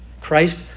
Christ